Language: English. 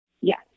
Yes